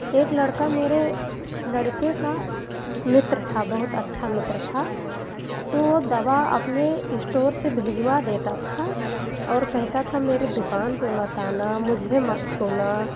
एक लड़का मेरे लड़के का मित्र था बहुत अच्छा मित्र था तो वह दवा अपने इस्टोर से भेजवा देता था और कहता था मेरे दुकान पइ मत आना मुझे मत छूना